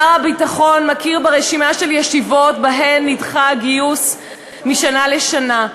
שר הביטחון מכיר ברשימה של ישיבות שבהן נדחה הגיוס משנה לשנה,